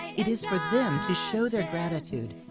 it is for them to show their gratitude,